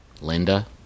Linda